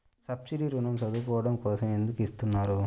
Subsidy ఋణం చదువుకోవడం కోసం ఎందుకు ఇస్తున్నారు?